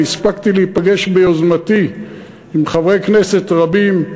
אני הספקתי להיפגש ביוזמתי עם חברי כנסת רבים,